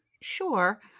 Sure